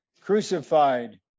crucified